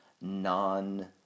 non